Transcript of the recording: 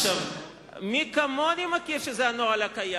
מי כמוני יודע שזה הנוהל הקיים.